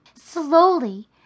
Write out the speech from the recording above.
Slowly